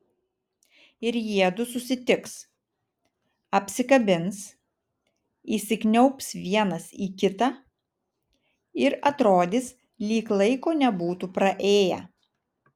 ir jiedu susitiks apsikabins įsikniaubs vienas į kitą ir atrodys lyg laiko nebūtų praėję